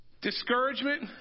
discouragement